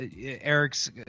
eric's